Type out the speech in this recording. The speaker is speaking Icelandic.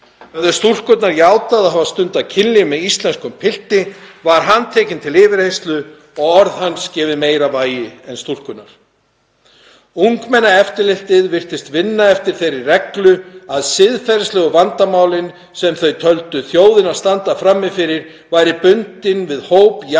Höfðu stúlkurnar játað að hafa stundað kynlíf með íslenskum pilti var hann tekinn til yfirheyrslu og orðum hans gefið meira vægi en stúlkunnar. Ungmennaeftirlitið virtist vinna eftir þeirri reglu að siðferðislegu vandamálin sem þau töldu þjóðina standa frammi fyrir væru bundin við hóp